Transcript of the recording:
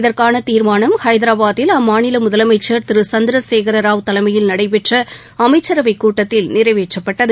இதற்கான தீர்மானம் இன்று ஐதராபாத்தில் அம்மாநில முதலமைச்சர் திரு சந்திரசேகரராவ் தலைமையில் நடைபெற்ற அமைச்சரவை கூட்டத்தில் நிறைவேற்றப்பட்டது